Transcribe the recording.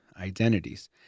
identities